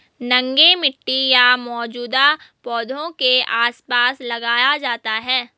नंगे मिट्टी या मौजूदा पौधों के आसपास लगाया जाता है